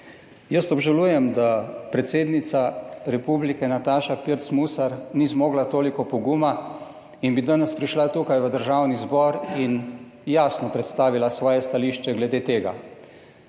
Jaz obžalujem, da predsednica republike Nataša Pirc Musar ni zmogla toliko poguma, in bi danes prišla tukaj v Državni zbor in jasno predstavila svoje stališče glede tega.